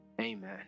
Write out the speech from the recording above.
Amen